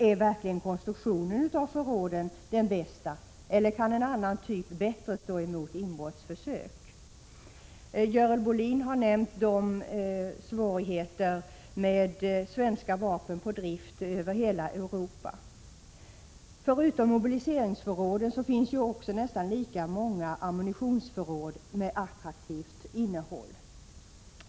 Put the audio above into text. Är verkligen konstruktionen av förråden den bästa, eller kan en annan typ av konstruktion bättre stå emot inbrottsförsök? Görel Bohlin har nämnt svårigheterna med att svenska vapen är på drift över hela Europa. Förutom mobiliseringsförråden finns det nästan lika många ammunitionsförråd med attraktivt innehåll.